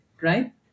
right